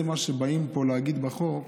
מה שבאים להגיד פה בחוק